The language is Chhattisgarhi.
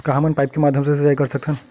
का हमन पाइप के माध्यम से सिंचाई कर सकथन?